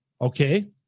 okay